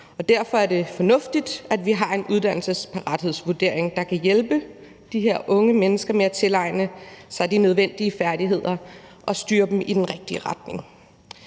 derfor er det fornuftigt, at vi har en uddannelsesparathedsvurdering, der kan hjælpe de her unge mennesker med at tilegne sig de nødvendige færdigheder og styre dem i den rigtige retning.